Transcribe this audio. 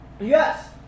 Yes